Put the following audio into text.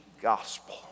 gospel